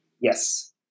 Yes